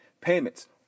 payments